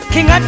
King